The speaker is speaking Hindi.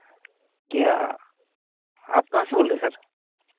क्या आप कहाँ से बोल रहे है सर